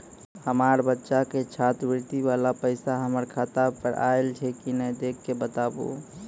हमार बच्चा के छात्रवृत्ति वाला पैसा हमर खाता पर आयल छै कि नैय देख के बताबू?